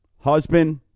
husband